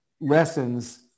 lessons